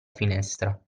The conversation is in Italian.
finestra